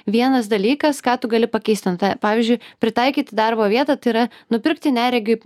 vienas dalykas ką tu gali pakeist ten ta pavyzdžiui pritaikyti darbo vietą tai yra nupirkti neregiui